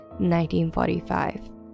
1945